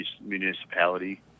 municipality